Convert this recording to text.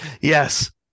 Yes